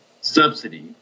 subsidy